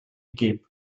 geb